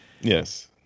Yes